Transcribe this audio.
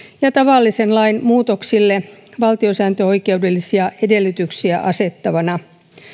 ja tavallisen lain muutoksille valtiosääntöoikeudellisia edellytyksiä asettavana